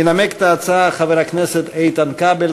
ינמק את ההצעה חבר הכנסת איתן כבל.